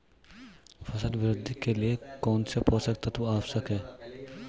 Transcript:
फसल वृद्धि के लिए कौनसे पोषक तत्व आवश्यक हैं?